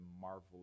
marvelous